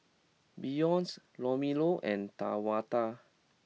Beyonce Romello and Tawanda